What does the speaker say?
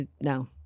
No